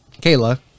kayla